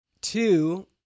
Two